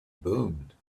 boomed